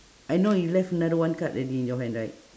I know you left another one card already in your hand right